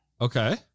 Okay